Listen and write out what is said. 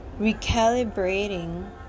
recalibrating